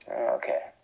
Okay